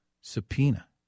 subpoena